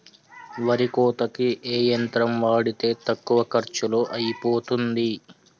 వరి కోతకి ఏ యంత్రం వాడితే తక్కువ ఖర్చులో అయిపోతుంది?